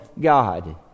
God